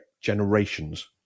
Generations